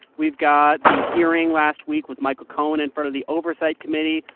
we've got the hearing last week with michael cohen in front of the oversight committee.